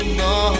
no